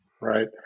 Right